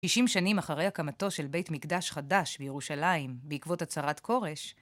90 שנים אחרי הקמתו של בית מקדש חדש בירושלים, בעקבות הצהרת כורש,